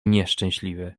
nieszczęśliwy